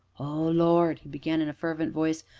o lord! he began in a fervent voice,